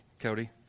Cody